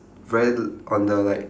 very on the like